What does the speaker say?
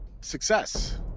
Success